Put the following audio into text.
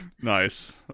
Nice